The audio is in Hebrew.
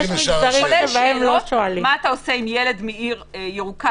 כולל שאלות מה אתה עושה עם ילד מעיר ירוקה